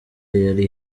yari